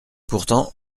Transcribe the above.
pourtant